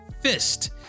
fist